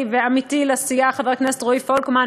ועמיתי לסיעה חבר הכנסת רועי פולקמן,